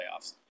playoffs